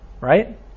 right